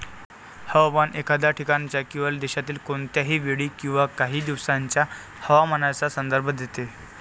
हवामान एखाद्या ठिकाणाच्या किंवा देशातील कोणत्याही वेळी किंवा काही दिवसांच्या हवामानाचा संदर्भ देते